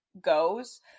goes